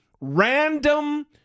random